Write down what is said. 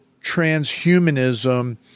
transhumanism